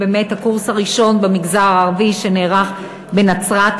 באמת הקורס הראשון במגזר הערבי שנערך בנצרת,